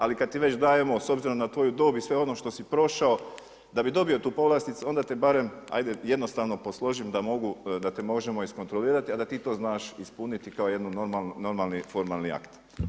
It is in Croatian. Ali kad ti već dajemo s obzirom na tvoju dob i sve ono što si prošao da bi dobio tu povlasticu onda ti barem hajde jednostavno posložim da mogu, da te možemo iskontrolirati, a da ti to znaš ispuniti kao jedan normalni formalni akt.